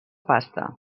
pasta